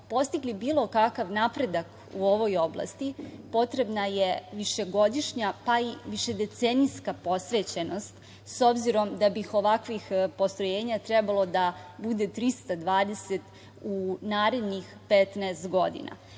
postigli bilo kakav napredak u ovoj oblasti, potrebna je višegodišnja, pa i višedecenijska posvećenost, s obzirom da bi ovakvih postrojenja trebalo da bude 320 u narednih 15